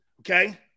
okay